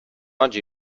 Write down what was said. oggi